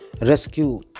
rescue